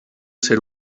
ser